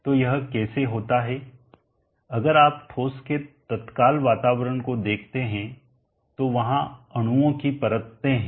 तो यह कैसे होता है अगर आप ठोस के तत्काल वातावरण को देखते हैं तो वहां अणुओं की परतें हैं